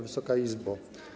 Wysoka Izbo!